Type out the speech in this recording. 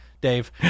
dave